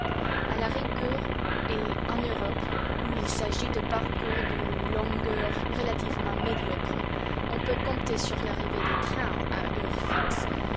a la rigueur et en europe où il s'agit de parcours d'une longueur relativement médiocre on peut compter sur l'arrivée des trains à heure fixe